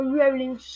Rolling